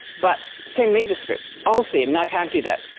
but send me the script. i'll see him. no, can't do that.